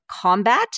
combat